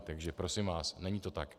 Takže prosím vás, není to tak.